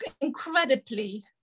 incredibly